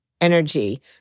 energy